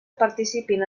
participin